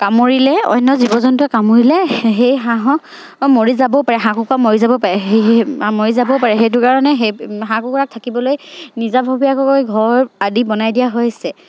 কামুৰিলে অন্য জীৱ জন্তুৱে কামুৰিলে সেই হাঁহক মৰি যাবও পাৰে হাঁহ কুকুৰা মৰি যাব পাৰে সে মৰি যাবও পাৰে সেইটো কাৰণে সেই হাঁহ কুকুৰাক থাকিবলৈ নিজাববীয়াকৈ ঘৰ আদি বনাই দিয়া হৈছে